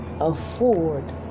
afford